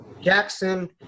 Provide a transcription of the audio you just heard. Jackson